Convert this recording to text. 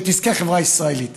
שתזכה חברה ישראלית.